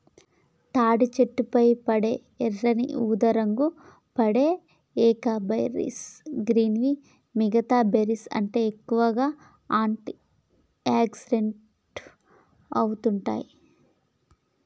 తాటి చెట్లపై పండే ఎర్రని ఊదారంగు పండ్లే ఏకైబెర్రీస్ గివి మిగితా బెర్రీస్కంటే ఎక్కువగా ఆంటి ఆక్సిడెంట్లు ఉంటాయి